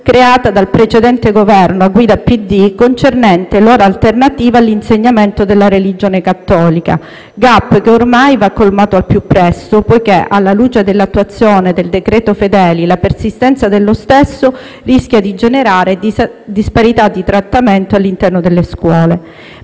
creato dal precedente Governo a guida PD concernente l'ora alternativa all'insegnamento della religione cattolica; *gap* che ormai va colmato al più presto poiché, alla luce dell'attuazione del decreto Fedeli e della persistenza dello stesso, rischia di generare disparità di trattamento all'interno delle scuole.